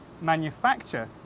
manufacture